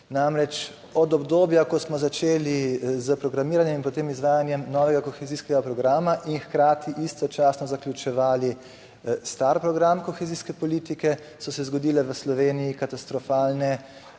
Namreč, od obdobja, ko smo začeli s programiranjem in potem izvajanjem novega kohezijskega programa in hkrati istočasno zaključevali star program kohezijske politike, so se zgodile v Sloveniji katastrofalne